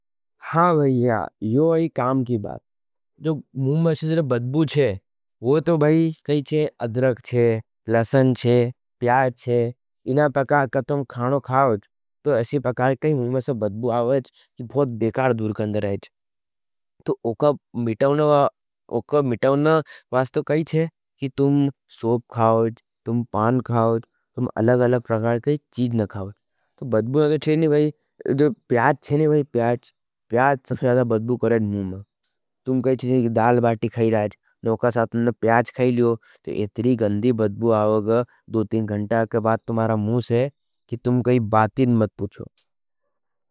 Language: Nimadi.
हाँ भाईया, यो आई काम की बात। जो मुँ में से बद्बू चे, वो तो भाई कही चे अधरक चे, लसन चे, प्याज चे, इना परकार का तुम खाणो खाओज। तो ऐसी परकार कही मुँ में से बद्बू आओज, जो बहुत बेकार दूरकंडर आयेच। तो उका मिठावना वास्तो कही चे, कि तुम सोप खाओज, तुम पान खाओज, तुम अलग-अलग परकार कही चीज न खाओज। तो बद्बू न थो चे नहीं भाई, जो प्याज चे नहीं भाई, प्याज, प्याज सबसे लगा बद्बू करें मुँ में। तुम कई चीजने की दाल बाती खाई राज, नोका सातने प्याज खाई लियो। तो एतरी गंदी बद्बू आवग, दो तीन घंटा के बाद तुमारा मुँ से, कि तुम कई बातिन मत पुछो।